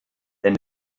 denn